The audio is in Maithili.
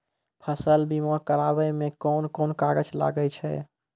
फसल बीमा कराबै मे कौन कोन कागज लागै छै?